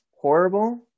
horrible